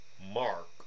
Mark